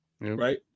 right